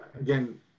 Again